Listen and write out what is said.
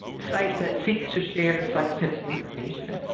site that seeks to share scientific information.